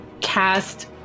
cast